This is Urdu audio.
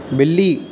بلّی